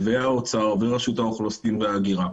האוצר ורשות האוכלוסין וההגירה,